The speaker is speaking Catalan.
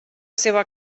seva